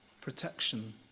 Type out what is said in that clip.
protection